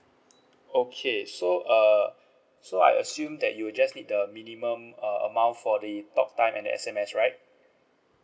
okay so err so I assume that you'll just need the minimum uh amount for the talk time and S_M_S right